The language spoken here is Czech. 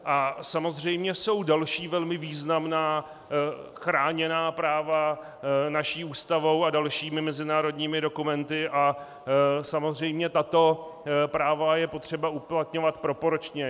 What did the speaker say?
A samozřejmě jsou další velmi významná chráněná práva naší Ústavou a dalšími mezinárodními dokumenty a samozřejmě tato práva je třeba uplatňovat proporčně.